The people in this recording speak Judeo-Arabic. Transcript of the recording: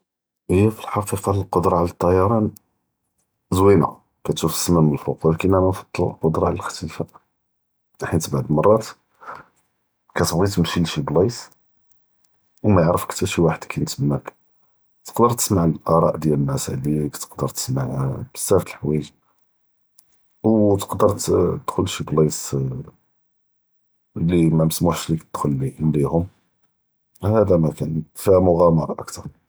הי פי אלחקיקה אלקדרא עלא אלטייאראן זווינה, כתשוף אלסמא מן פוק, ולאכנו כנפדל אלקדרא עלא אלאכתפאא בחית בעד אלמראת כתבגי תמשי לשי בלאיצ ו מא יערפכ חתה שי וחד כאין תמאכ תבקא תשמע אראא דיאל נאס עליכ תבקא תשמע בזאף דיאל חואיג’, או תקדר תדכ’ל לשי בלאיצ לי מא מסמוחש ליק תדכ’ל ליה, להם, האדא מכאן